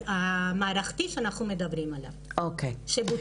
המערכתי שאנחנו מדברים עליו ושבוצע.